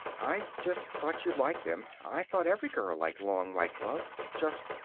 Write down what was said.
i just thought you'd like them. i thought every girl liked long white gloves. just,